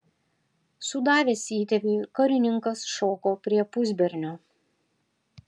sudavęs įtėviui karininkas šoko prie pusbernio